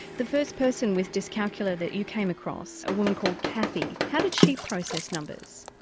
the first person with dyscalculia that you came across, a woman called kathy. how did she process numbers?